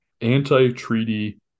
anti-treaty